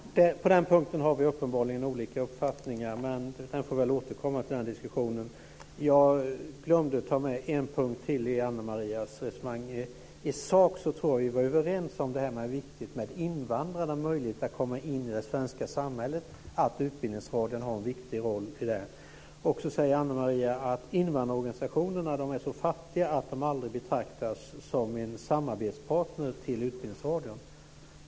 Fru talman! På den punkten har vi uppenbarligen olika uppfattningar. Jag får väl återkomma till den diskussionen. Jag glömde att ta med en punkt i Ana Marias resonemang. I sak tror jag att vi är överens om att det är viktigt att invandrarna har möjlighet att komma in i det svenska samhället och att Utbildningsradion har en viktig roll i det avseendet. Ana Maria säger att invandrarorganisationerna är så fattiga att de aldrig betraktas som en samarbetspartner till Utbildningsradion.